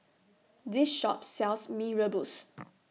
This Shop sells Mee Rebus